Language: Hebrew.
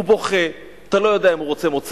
הוא בוכה, אתה לא יודע אם הוא רוצה מוצץ,